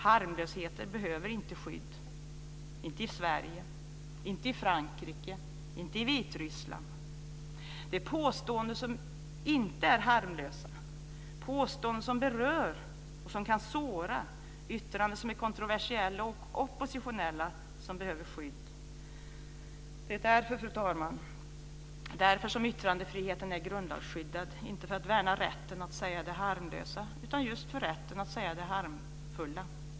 Harmlösheten behöver inte skydd, inte i Sverige, inte i Frankrike och inte i Vitryssland. Det är påståenden som inte är harmlösa, påståenden som berör och som kan såra, yttranden som är kontroversiella och oppositionella som behöver skydd. Det är därför, fru talman, som yttrandefriheten är grundlagsskyddad. Det är den inte för att värna rätten att säga det harmlösa, utan just för rätten att säga det harmfulla.